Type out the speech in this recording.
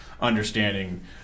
understanding